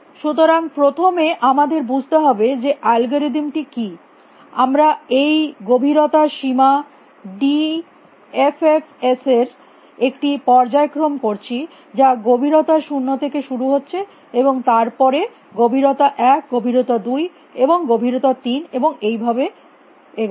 সুতরাং প্রথমে আমাদের বুঝতে হবে যে অ্যালগরিদমটি কি আমরা এই গভীরতা সীমা ডি এফ এফ এস এর একটি পর্যায়ক্রম করছি যা গভীরতা শূন্য থেকে শুরু হচ্ছে এবং তার পরে গভীরতা এক গভীরতা দুই এবং গভীরতা তিন এবং এইভাবে এগোচ্ছে